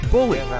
Bully